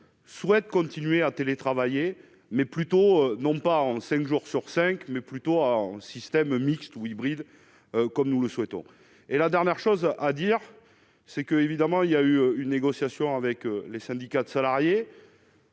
souhaitent continuer à télétravailler mais plutôt non pas en 5 jours sur cinq mais plutôt à en système mixte ou hybrides, comme nous le souhaitons et la dernière chose à dire, c'est que, évidemment, il y a eu une négociation avec les syndicats de salariés.